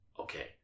okay